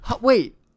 Wait